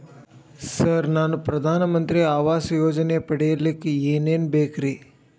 Sir ನಾನು ಪ್ರಧಾನ ಮಂತ್ರಿ ಆವಾಸ್ ಯೋಜನೆ ಪಡಿಯಲ್ಲಿಕ್ಕ್ ಏನ್ ಏನ್ ಬೇಕ್ರಿ?